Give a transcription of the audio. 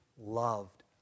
loved